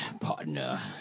partner